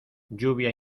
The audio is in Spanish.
lluvia